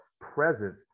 presence